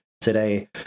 today